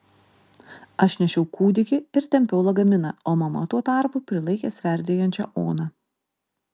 aš nešiau kūdikį ir tempiau lagaminą o mama tuo tarpu prilaikė sverdėjančią oną